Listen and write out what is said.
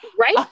Right